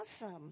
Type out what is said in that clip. awesome